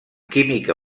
química